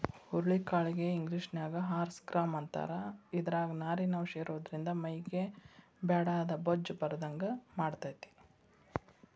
ಹುರುಳಿ ಕಾಳಿಗೆ ಇಂಗ್ಲೇಷನ್ಯಾಗ ಹಾರ್ಸ್ ಗ್ರಾಂ ಅಂತಾರ, ಇದ್ರಾಗ ನಾರಿನಂಶ ಇರೋದ್ರಿಂದ ಮೈಗೆ ಬ್ಯಾಡಾದ ಬೊಜ್ಜ ಬರದಂಗ ಮಾಡ್ತೆತಿ